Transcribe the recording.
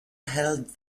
held